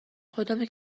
خدامه